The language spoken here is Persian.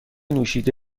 نوشیده